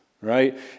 right